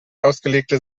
ausgelegte